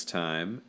time